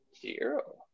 Zero